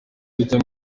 bijya